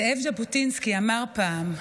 זאב ז'בוטינסקי אמר פעם: